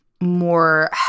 more